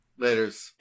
laters